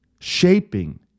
shaping